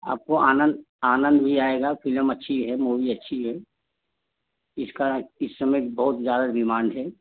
आपको आनंद आनंद भी आएगा फिलम अच्छी है मूवी अच्छी है इस कारण इस समय बहुत ज़्यादा डिमांड है